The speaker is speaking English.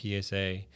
PSA